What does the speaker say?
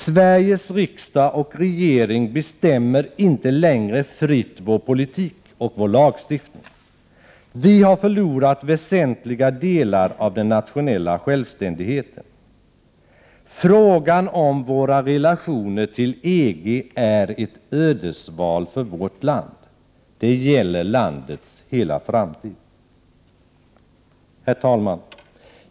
Sveriges riksdag och regering bestämmer inte längre fritt vår politik och vår lagstiftning. Vi har förlorat väsentliga delar av den nationella självständigheten. Frågan om våra relationer till EG är ett ödesval för vårt land. Det gäller landets hela framtid. Herr talman!